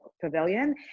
Pavilion